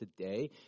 today